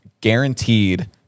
guaranteed